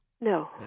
No